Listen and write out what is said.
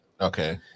Okay